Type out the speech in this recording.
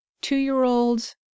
two-year-olds